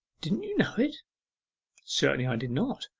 didn't you know it certainly i did not.